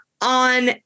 on